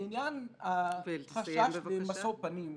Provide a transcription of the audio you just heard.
לעניין החשש ממשוא פנים,